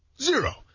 Zero